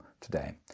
today